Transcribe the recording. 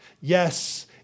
Yes